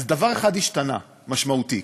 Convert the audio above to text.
אז דבר אחד השתנה, משמעותי.